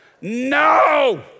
No